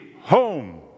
home